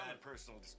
personal